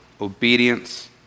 obedience